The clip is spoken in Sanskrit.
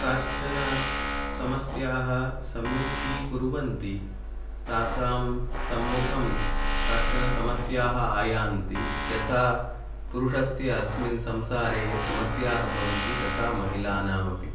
काश्चनसमस्याः सम्मुखीकुर्वन्ति तासां सम्मुखं काश्चनसमस्याः आयान्ति यथा पुरुषस्य अस्मिन् संसारे समस्याः भवन्ति तथा महिलानामपि